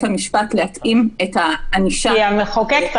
המשפט להתאים את הענישה --- כי המחוקק צריך